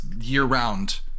year-round